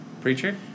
Preacher